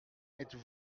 êtes